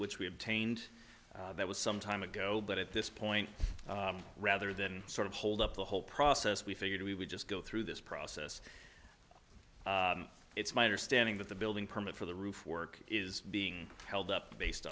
which we obtained that was sometime ago but at this point rather than sort of hold up the whole process we figured we would just go through this process it's my understanding that the building permit for the roof work is being held up based